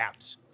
apps